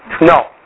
No